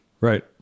Right